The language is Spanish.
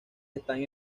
están